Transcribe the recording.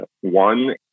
one